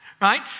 right